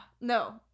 no